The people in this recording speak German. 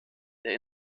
der